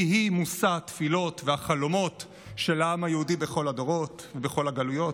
היא-היא מושא התפילות והחלומות של העם היהודי בכל הדורות ובכל הגלויות,